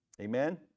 Amen